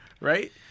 right